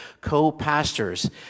co-pastors